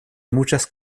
muchas